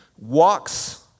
walks